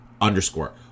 underscore